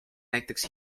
näiteks